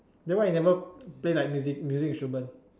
then why you never play like music music instrument